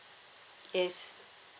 yes